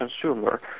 consumer